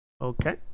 Okay